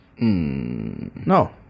No